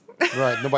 Right